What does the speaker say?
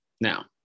Now